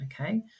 okay